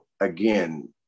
again